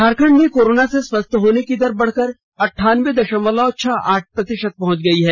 झाखंड में कोरोना से स्वस्थ होने की दर बढ़कर अंठानबे दशमलव छह आठ प्रतिशत पहुंच गई है